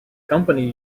company